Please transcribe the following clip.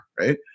right